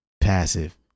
passive